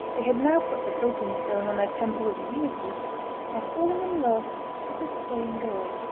they had now put the coping-stone on their temple of unity by falling in love with the same girl.